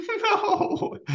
No